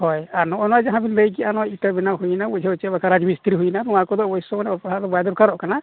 ᱦᱳᱭ ᱟᱨ ᱱᱚᱜᱼᱚᱸᱭ ᱚᱱᱟ ᱡᱟᱦᱟᱸ ᱵᱤᱱ ᱞᱟᱹᱭ ᱠᱮᱜᱼᱟ ᱢᱤᱫᱴᱟᱝ ᱤᱴᱟᱹ ᱵᱮᱱᱟᱣ ᱦᱩᱭᱱᱟ ᱵᱩᱡᱷᱟᱹᱣ ᱪᱮ ᱵᱟᱠᱷᱟᱡ ᱪᱮ ᱨᱟᱡᱽ ᱢᱤᱥᱛᱨᱤ ᱦᱩᱭᱱᱟ ᱱᱚᱣᱟ ᱠᱚᱫᱚ ᱚᱵᱚᱥᱥᱳᱭ ᱚᱞᱚᱜ ᱯᱟᱲᱦᱟᱜ ᱫᱚ ᱵᱟᱭ ᱫᱚᱨᱠᱟᱨᱚᱜ ᱠᱟᱱᱟ